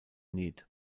need